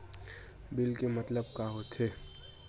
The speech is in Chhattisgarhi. बिल के मतलब का होथे?